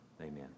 Amen